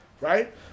right